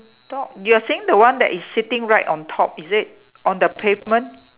dog you are saying the one that is sitting right on top is it on the pavement